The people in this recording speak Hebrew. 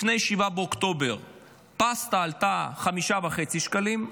לפני 7 באוקטובר פסטה עלתה 5.5 שקלים,